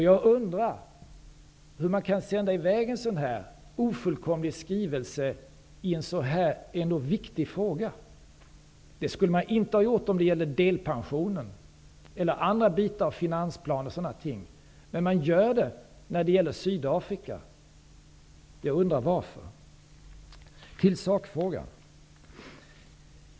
Jag undrar hur man kan sända i väg en så här ofullkomlig skrivelse i en så viktig fråga. Det skulle man inte ha gjort om det hade gällt delpensionen eller andra bitar av finansplanen, men man gör det när det gäller Sydafrika. Jag undrar varför. Jag övergår nu till sakfrågan.